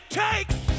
takes